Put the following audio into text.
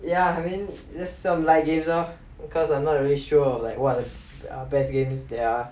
ya I mean just some light games lor because I'm not really sure like what are the best games there are